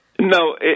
No